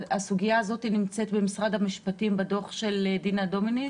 הסוגיה הזאת נמצאת במשרד המשפטים בדוח של דינה דומיניץ.